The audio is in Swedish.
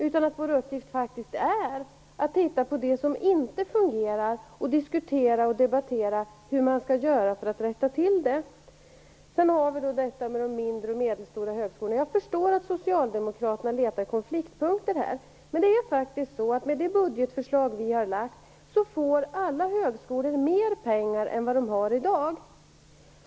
Vår uppgift som politiker är faktiskt att titta på det som inte fungerar och diskutera och debattera hur man skall göra för att rätta till det. Man har talat om de mindre och medelstora högskolorna. Jag förstår att Socialdemokraterna letar efter konfliktpunkter här. Men med det budgetförslag Moderaterna har lagt fram får alla högskolor mer pengar än de har i dag.